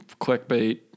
clickbait